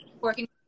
working